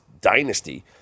dynasty